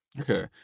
Okay